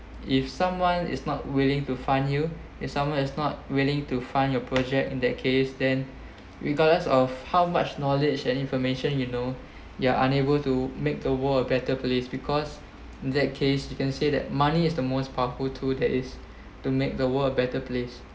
if someone is not willing to fund you if someone is not willing to fund your project in that case then regardless of how much knowledge and information you know you are unable to make the world a better place because in that case you can say that money is the most powerful tool that is to make the world a better place